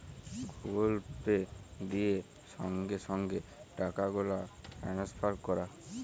Google Pay দিয়ে সংগে সংগে টাকাগুলা টেলেসফার ক্যরা